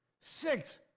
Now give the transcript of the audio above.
Six